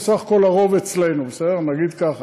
בסך הכול הרוב אצלנו, נגיד ככה.